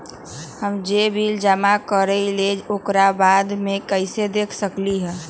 हम जे बिल जमा करईले ओकरा बाद में कैसे देख सकलि ह?